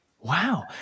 Wow